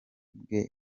bwe